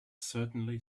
certainly